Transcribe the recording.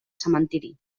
cementeri